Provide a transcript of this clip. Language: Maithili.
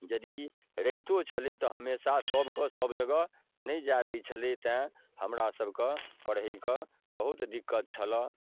यदि रहितो छलै तऽ हमेशा सभके सब जगह नहि जाए दै छलै तेँ हमरा सभके पढ़ैके बहुत दिक्कत छलै